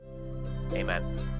Amen